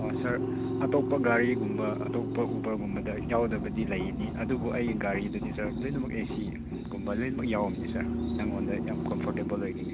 ꯑꯣ ꯁꯥꯔ ꯑꯇꯣꯞꯄ ꯒꯥꯔꯤꯒꯨꯝꯕ ꯑꯇꯣꯞꯄ ꯎꯕꯔꯒꯨꯝꯕꯗ ꯌꯥꯎꯗꯕꯗꯤ ꯂꯩꯒꯅꯤ ꯑꯗꯨꯕꯨ ꯑꯩꯒꯤ ꯒꯥꯔꯤꯗꯗꯤ ꯁꯥꯔ ꯂꯣꯏꯅꯃꯛ ꯑꯦ ꯁꯤ ꯒꯨꯝꯕ ꯂꯣꯏꯃꯛ ꯌꯥꯎꯅꯤ ꯁꯥꯔꯉꯣꯟꯗ ꯌꯥꯝ ꯀꯝꯐꯣꯔꯇꯦꯕꯜ ꯑꯣꯏꯒꯅꯤ